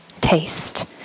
taste